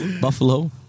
Buffalo